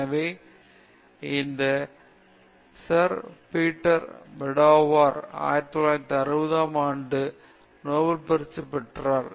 எனவே இந்த Sir Peter Medawar அவர் 1960 ஆம் ஆண்டு நோபல் பரிசு பெற்றார்